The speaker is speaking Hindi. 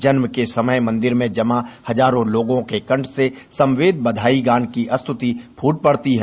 जन्म के समय मंदिर में जमा हजारों लोगों के कंठ से समवेत बधाई गान की स्तुति फूट पड़ती है